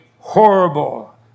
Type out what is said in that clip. Horrible